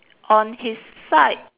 on his side